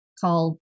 call